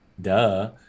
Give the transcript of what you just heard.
duh